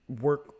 work